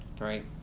right